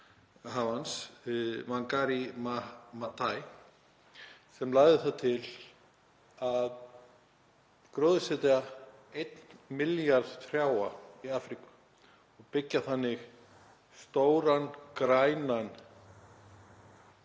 sem lagði það til að gróðursetja 1 milljarð trjáa í Afríku og byggja þannig stóran grænan